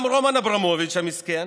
גם רומן אברמוביץ' המסכן,